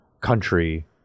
country